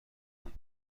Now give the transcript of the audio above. تند